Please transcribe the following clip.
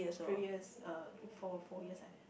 three years uh four four years like that